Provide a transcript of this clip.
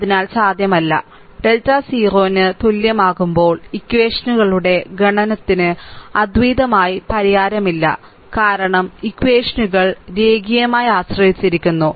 അതിനാൽ സാധ്യമല്ല ഡെൽറ്റ 0 ന് തുല്യമാകുമ്പോൾ ഇക്വഷനുകളുടെ ഗണത്തിന് അദ്വിതീയമായ പരിഹാരമില്ലകാരണം ഇക്വഷനുകൾ രേഖീയമായി ആശ്രയിച്ചിരിക്കുന്നു